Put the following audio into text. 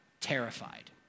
terrified